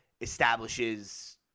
establishes